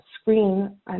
screen